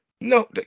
no